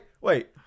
wait